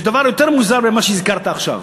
יש דבר יותר מוזר ממה שהזכרת עכשיו.